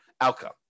outcome